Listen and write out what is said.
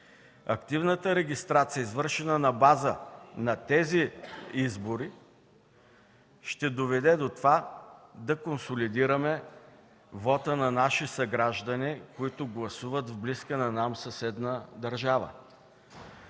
Активната регистрация, извършена на база на тези избори, ще доведе до консолидиране вота на наши съграждани, които гласуват в близка на нам съседна държава.